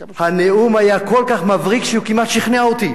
הנאום היה כל כך מבריק שהוא כמעט שכנע אותי.